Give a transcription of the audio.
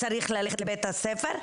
צריך ללכת לבית הספר,